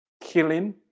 Killing